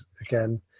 again